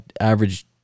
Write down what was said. average